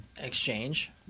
exchange